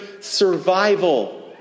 survival